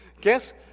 Guess